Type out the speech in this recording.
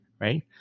right